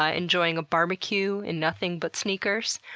ah enjoying a barbecue in nothing but sneakers.